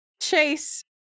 chase